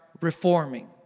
reforming